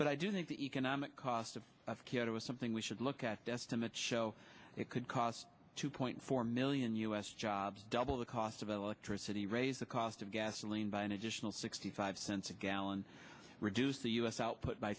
but i do think the economic cost of it was something we should look at the estimates show it could cost two point four million u s jobs double the cost of electricity raise the cost of gasoline by an additional sixty five cents a gallon reduce the u s output by